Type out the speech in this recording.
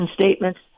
statements